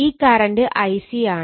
ഈ current Ic ആണ്